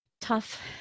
tough